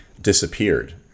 disappeared